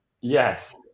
Yes